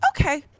okay